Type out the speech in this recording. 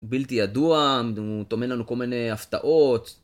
בלתי ידוע, הוא טומן לנו כל מיני הפתעות.